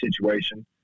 situation